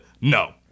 No